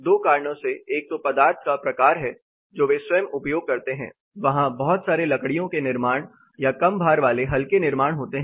2 कारणों से एक तो पदार्थ का प्रकार है जो वे स्वयं उपयोग करते हैं वहां बहुत सारे लकड़ियों के निर्माण या कम भार वाले हल्के निर्माण होते हैं